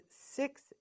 six